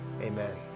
amen